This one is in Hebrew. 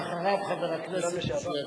חבר הכנסת בוז'י הרצוג.